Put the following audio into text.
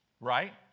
right